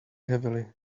heavily